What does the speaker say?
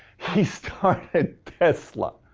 he started tesla.